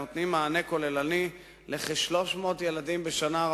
הנותנים מענה כוללני לכ-300 ילדים בשנה.